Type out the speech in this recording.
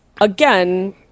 again